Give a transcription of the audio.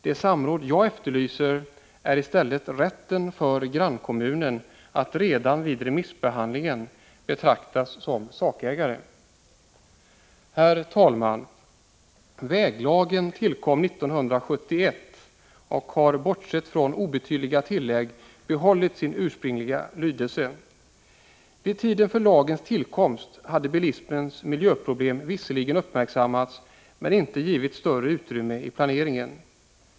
Det samråd jag efterlyser gäller i stället rätten för grannkommunen att redan vid remissbehandlingen betraktas som sakägare. Herr talman! Väglagen tillkom 1971 och har, bortsett från obetydliga tillägg, behållit sin ursprungliga lydelse. Vid tiden för lagens tillkomst hade miljöproblemen när det gäller bilismen visserligen uppmärksammats men inte givits något större utrymme vid planeringen.